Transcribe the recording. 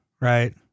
right